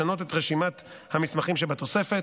לשנות את רשימת המסמכים שבתוספת.